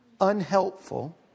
unhelpful